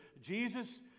Jesus